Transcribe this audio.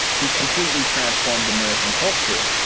he completely transformed american culture.